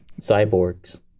cyborgs